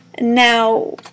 Now